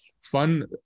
fun